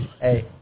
Hey